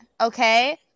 okay